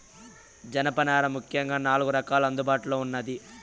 జనపనార ముఖ్యంగా నాలుగు రకాలుగా అందుబాటులో ఉన్నాది